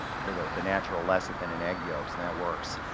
for the the natural lecithin in egg yolks and that works.